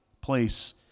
place